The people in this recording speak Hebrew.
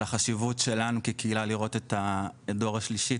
החשיבות שלנו כקהילה לראות את הדור השלישי,